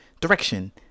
direction